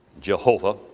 Jehovah